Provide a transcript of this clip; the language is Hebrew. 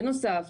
בנוסף,